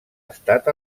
estat